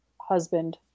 husband